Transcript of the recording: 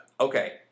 Okay